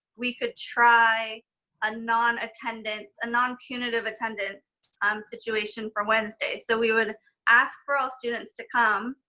we could try a non-attendance, a non-punitive attendance um situation for wednesday so we would ask for all students to come,